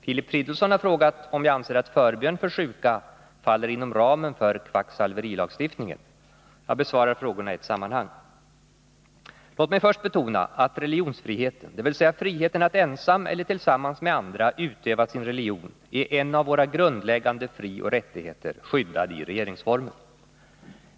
Filip Fridolfsson har frågat om jag anser att förbön för sjuka faller inom ramen för kvacksalverilagstiftningen. Jag besvarar frågorna i ett sammanhang. Låt mig först betona att religionsfriheten, dvs. friheten att ensam eller tillsammans med andra utöva sin religion, är en av våra grundläggande frioch rättigheter, skyddad i regeringsformen.